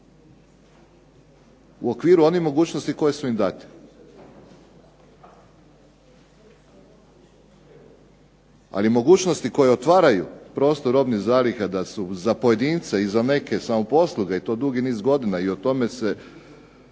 U okviru onih mogućnosti koje su im date. Ali mogućnosti koje otvaraju prostor robnih zaliha da su za neke pojedince, za neke samoposluge i dugi niz godina i o tome se